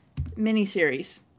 miniseries